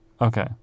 Okay